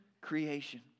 creation